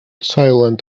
silent